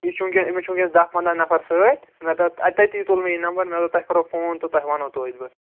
یہِ چھُ وٕنۍکٮ۪ن أمِس چھِ وٕنۍکٮ۪س دَہ پَنٛداہ نَفر سۭتۍ مےٚ تٔر تٔتی تُل مےٚ یہِ نمبَر مےٚ دوٚپ تۄہہِ کرو فون تہٕ تۄہہِ وَنو توتہِ بہٕ